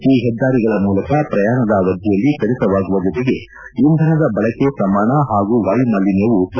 ಈ ಹೆದ್ದಾರಿಗಳ ಮೂಲಕ ಶ್ರಯಾಣದ ಅವಧಿಯಲ್ಲಿ ಕಡಿತವಾಗುವ ಜೊತೆಗೆ ಇಂಧನದ ಬಳಕೆ ಪ್ರಮಾಣ ಹಾಗೂ ವಾಯುಮಾಲಿನ್ದವೂ ತಗ್ಗಲಿದೆ